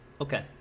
Okay